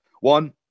One